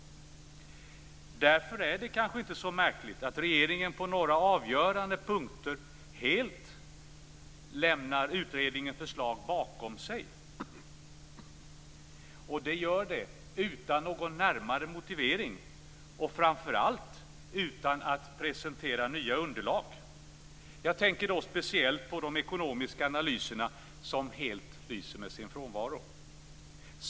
Därför är det kanske inte så märkligt att regeringen på några avgörande punkter helt lämnar utredningens förslag bakom sig. Det gör man utan någon närmare motivering och framför allt utan att presentera nya underlag. Jag tänker speciellt på de ekonomiska analyserna som helt lyser med sin frånvaro.